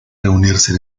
reunirse